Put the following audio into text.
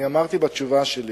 אני אמרתי בתשובה שלי